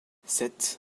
sept